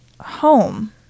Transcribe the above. home